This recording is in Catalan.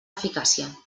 eficàcia